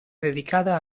dedicada